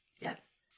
Yes